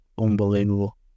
unbelievable